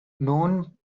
nun